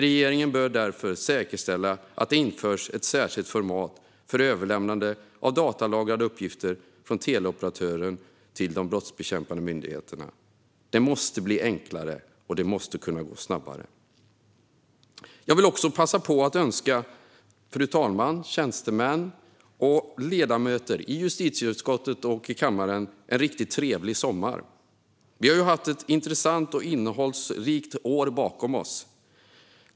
Regeringen bör därför säkerställa att det införs ett särskilt format för överlämnande av datalagrade uppgifter från teleoperatören till de brottsbekämpande myndigheterna. Det måste bli enklare, och det måste kunna gå snabbare. Jag vill också passa på att önska fru talmannen, tjänstemän och ledamöter i justitieutskottet och kammaren en riktigt trevlig sommar. Vi har ett intressant och innehållsrikt år bakom oss.